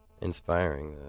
inspiring